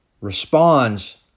responds